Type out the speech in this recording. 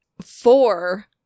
four